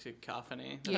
Cacophony